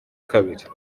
kabiri